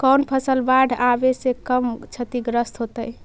कौन फसल बाढ़ आवे से कम छतिग्रस्त होतइ?